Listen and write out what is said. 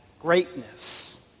greatness